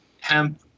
hemp